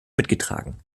mitgetragen